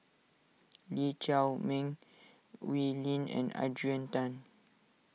Lee Chiaw Meng Wee Lin and Adrian Tan